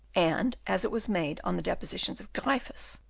and as it was made on the depositions of gryphus,